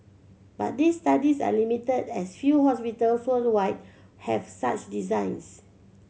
but these studies are limited as few hospital for worldwide have such designs